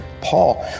Paul